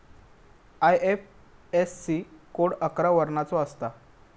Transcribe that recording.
IFSC code अकरा वर्णाचो असता